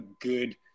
good